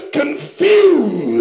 confused